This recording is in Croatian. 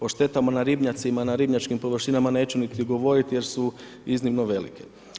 O štetama na ribnjacima, na ribnjačkim površinama neću niti ni govoriti jer su iznimno velike.